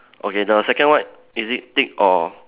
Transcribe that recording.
okay the second one is it thick or